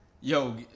Yo